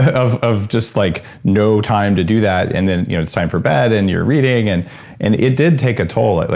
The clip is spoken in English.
of of just like no time to do that. and then you know it's time for bed and you're reading. and and it did take a toll.